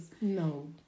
No